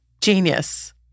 genius